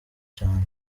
cane